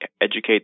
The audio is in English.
educate